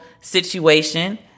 situation